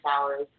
hours